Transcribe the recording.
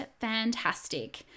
Fantastic